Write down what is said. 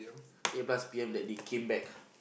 eight plus P_M that they came back